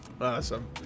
Awesome